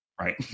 right